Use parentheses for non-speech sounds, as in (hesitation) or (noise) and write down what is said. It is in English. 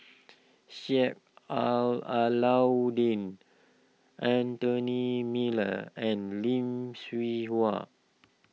Sheik (hesitation) Alau'ddin Anthony Miller and Lim Sui Hua